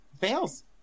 Fails